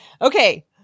Okay